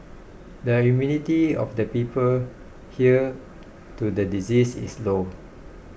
the immunity of the people here to the disease is low